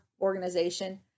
organization